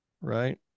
Right